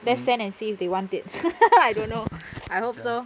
let's send and see if they want it I don't know I hope so